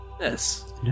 Yes